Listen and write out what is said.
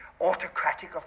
autocratic